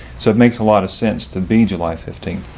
so it makes a lot of sense to be july fifteen.